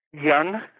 Young